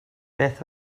beth